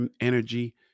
energy